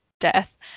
death